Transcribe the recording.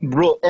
Bro